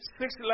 six